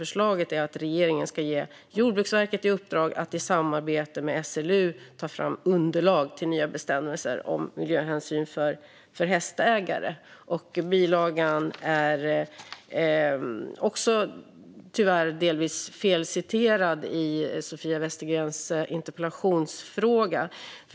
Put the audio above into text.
Förslaget är att regeringen ska ge Jordbruksverket i uppdrag att i samarbete med SLU ta fram underlag till nya bestämmelser om miljöhänsyn för hästägare. Bilagan är också tyvärr delvis felciterad i Sofia Westergrens interpellationsfråga.